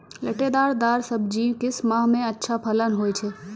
लतेदार दार सब्जी किस माह मे अच्छा फलन होय छै?